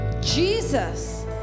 Jesus